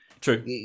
True